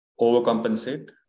overcompensate